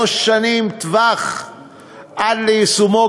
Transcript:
שלוש שנים טווח עד ליישומו,